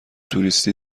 توریستی